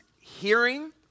hearing